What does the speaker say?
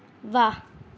વાહ